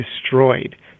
destroyed